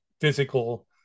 physical